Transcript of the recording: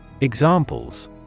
Examples